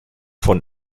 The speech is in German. von